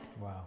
Wow